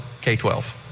K-12